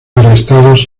arrestados